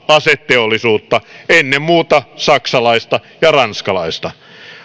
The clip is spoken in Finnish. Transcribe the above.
aseteollisuutta ennen muuta saksalaista ja ranskalaista